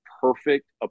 perfect